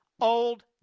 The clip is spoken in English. Old